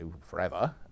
forever